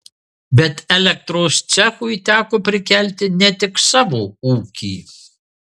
bet elektros cechui teko prikelti ne tik savo ūkį